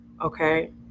Okay